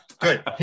Good